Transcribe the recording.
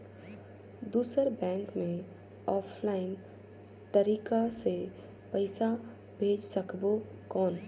दुसर बैंक मे ऑफलाइन तरीका से पइसा भेज सकबो कौन?